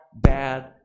bad